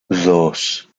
dos